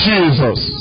Jesus